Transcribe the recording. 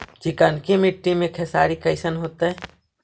चिकनकी मट्टी मे खेसारी कैसन होतै?